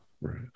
right